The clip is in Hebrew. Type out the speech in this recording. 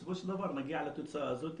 אז בסופו של דבר נגיע לתוצאה הזאת,